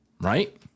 Right